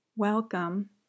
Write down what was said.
Welcome